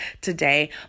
today